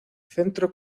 centro